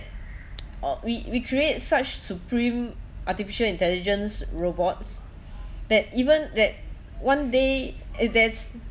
oh we we create such supreme artificial intelligence robots that even that one day if that's